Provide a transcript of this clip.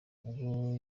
ubwo